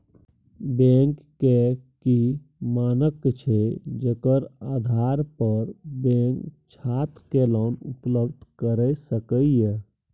Bank के की मानक छै जेकर आधार पर बैंक छात्र के लोन उपलब्ध करय सके ये?